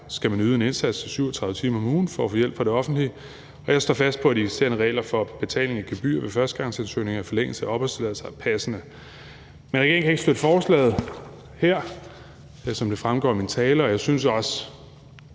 skal man yde en indsats i 37 timer om ugen for at få hjælp fra det offentlige, og jeg står fast på, at de eksisterende regler for betaling af gebyr ved førstegangsansøgninger i forlængelse af opholdstilladelser er passende. Regeringen kan ikke støtte forslaget her, som det fremgår af min tale, og jeg synes også,